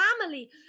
family